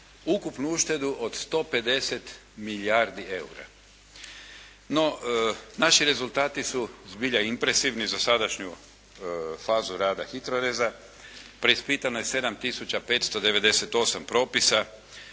ukupnu uštedu od 150 milijardi eura. No, naši rezultati su zbilja impresivni za sadašnju fazu rada HITROReza. Preispitano je 7 tisuća 598 propisa,